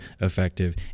effective